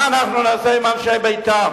מה אנחנו נעשה עם אנשי ביתר?